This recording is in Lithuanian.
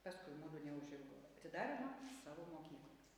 paskui mudu ne už ilgo atidarėma savo mokyklą